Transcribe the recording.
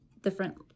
different